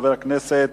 חבר הכנסת